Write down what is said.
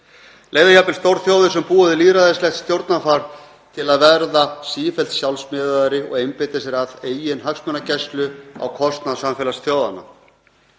leiða jafnvel stórþjóðir sem búa við lýðræðislegt stjórnarfar til að verða sífellt sjálfsmiðaðri og einbeita sér að eigin hagsmunagæslu á kostnað samfélags þjóðanna.